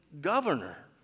governor